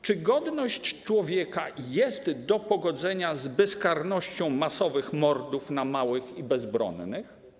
Czy godność człowieka jest do pogodzenia z bezkarnością masowych mordów na małych i bezbronnych?